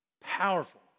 Powerful